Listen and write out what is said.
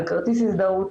כרטיס הזדהות,